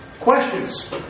Questions